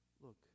Look